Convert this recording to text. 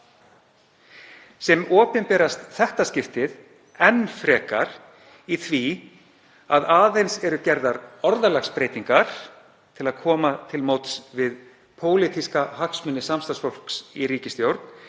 sem opinberast þetta skiptið enn frekar í því að aðeins eru gerðar orðalagsbreytingar til að koma til móts við pólitíska hagsmuni samstarfsfólks í ríkisstjórn.